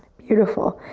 beautiful.